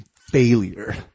failure